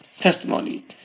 testimony